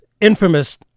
infamous